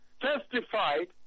testified